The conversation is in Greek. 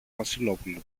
βασιλόπουλο